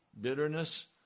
bitterness